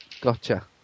Gotcha